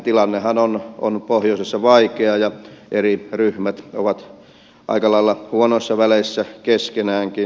tilannehan on pohjoisessa vaikea ja eri ryhmät ovat aika lailla huonoissa väleissä keskenäänkin